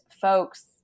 folks